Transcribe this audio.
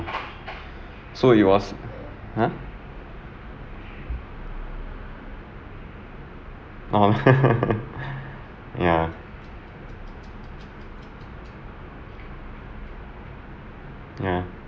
so it was !huh! no I'm ya ya